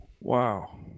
Wow